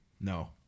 No